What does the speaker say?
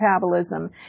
metabolism